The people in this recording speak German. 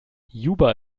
juba